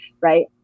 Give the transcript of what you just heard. Right